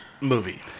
movie